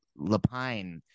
Lapine